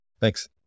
Thanks